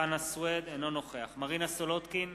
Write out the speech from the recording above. נגד חנא סוייד, אינו נוכח מרינה סולודקין,